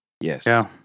Yes